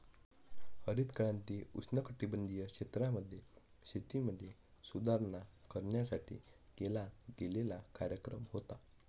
हरित क्रांती उष्णकटिबंधीय क्षेत्रांमध्ये, शेतीमध्ये सुधारणा करण्यासाठी केला गेलेला कार्यक्रम होता